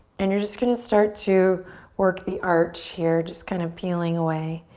and you're just going to start to work the arch here just kind of peeling away.